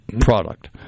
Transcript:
product